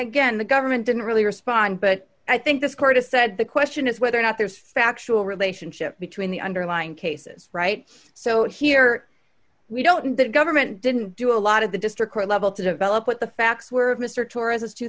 again the government didn't really respond but i think this court has said the question is whether or not there's factual relationship between the underlying cases right so here we don't and the government didn't do a lot of the district court level to develop what the facts were of mr tourism's two